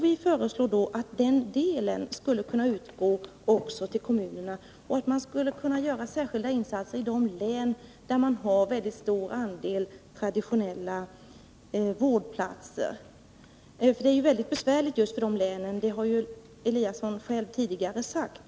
Vi föreslår att den delen skulle kunna utgå även till kommunerna och att man skulle kunna göra särskilda insatser i de län där det finns en väldigt stor andel traditionella vårdplatser. Det är mycket besvärligt just för de länen — det har Ingemar Eliasson själv tidigare sagt.